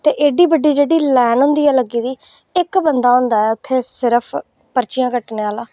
ते एड्डी बड्डी जेह्ड़ी लेन होंदी ऐ लग्गी दी इक्क बंदा होंदा ऐ उत्थै सिर्फ पर्चियां कट्टने आह्ला